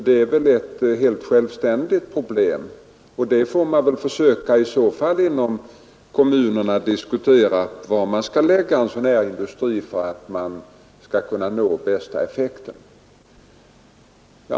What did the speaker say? Det är ett helt självständigt problem. Man får i så fall inom kommunerna försöka diskutera var man skall lägga en sådan industri för att nå bästa effekten.